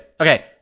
Okay